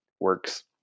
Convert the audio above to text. works